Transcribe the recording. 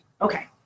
Okay